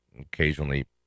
occasionally